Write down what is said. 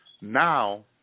now